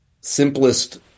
Simplest